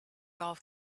golf